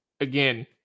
again